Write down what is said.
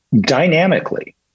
dynamically